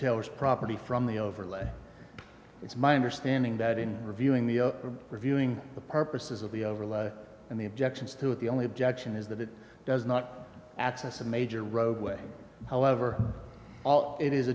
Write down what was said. taylor's property from the overlay it's my understanding that in reviewing the reviewing the purposes of the overlay and the objections to it the only objection is that it does not access a major roadway however all it is